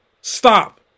Stop